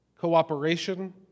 Cooperation